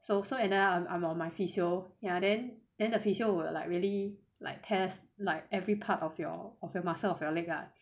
so so another I'm I'm on my physio ya then then the physio will like really like test like every part of your of your muscle of your leg ah